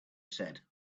said